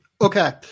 okay